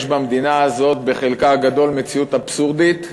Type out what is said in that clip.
יש במדינה הזו, בחלקה הגדול, מציאות אבסורדית,